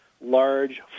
large